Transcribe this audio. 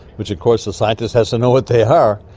which of course the scientist has to know what they are,